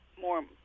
more